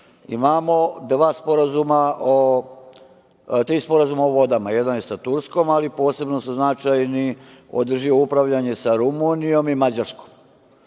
tri sporazuma o vodama. Jedan je sa Turskom, ali posebno su značajni održivo upravljanje sa Rumunijom i Mađarskom.